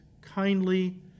kindly